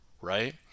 right